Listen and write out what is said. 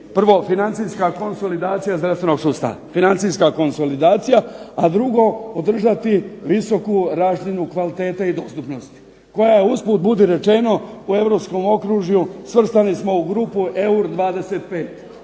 prvo financijska konsolidacija zdravstvenog sustava, a drugo održati visoku razinu kvalitete i dostupnosti. Koja je usput budi rečeno u europskom okružju svrstani smo u grupu EU25.